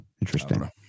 Interesting